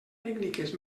tècniques